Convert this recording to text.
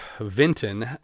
vinton